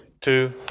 two